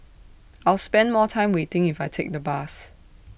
I'll spend more time waiting if I take the bus